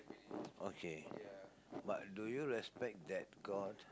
okay but do you respect that god